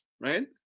right